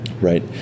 Right